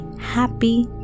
happy